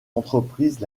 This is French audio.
entreprises